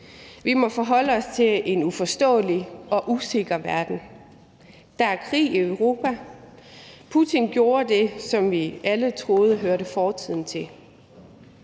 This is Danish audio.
Vi må forholde os til en uforståelig og usikker verden. Der er krig i Europa; Putin gjorde det, som vi alle troede hørte fortiden til.